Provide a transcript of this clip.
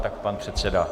Tak pan předseda.